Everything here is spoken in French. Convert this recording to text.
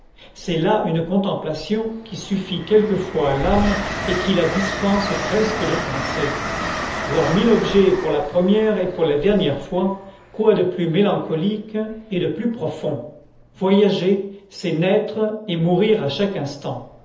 c'est là une contemplation qui suffit quelquefois à l'âme et qui la dispense presque de penser voir mille objets pour la première et pour la dernière fois quoi de plus mélancolique et de plus profond voyager c'est naître et mourir à chaque instant